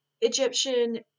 Egyptian